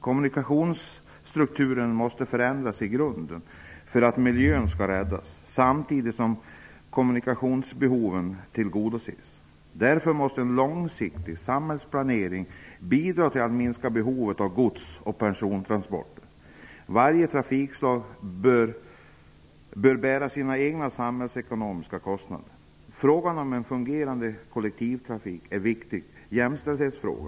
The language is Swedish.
Kommunikationsstrukturen måste förändras i grunden för att miljön skall kunna räddas, samtidigt som kommunikationsbehoven tillgodoses. Därför måste en långsiktig samhällsplanering bidra till ett minskat behov av gods och persontransporter. Varje trafikslag bör bära sina egna samhällsekonomiska kostnader. Frågan om en fungerande kollektivtrafik är en viktig jämställdhetsfråga.